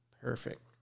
Perfect